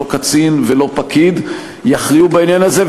שלא קצין ולא פקיד יכריעו בעניין הזה.